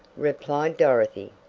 replied dorothy.